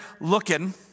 looking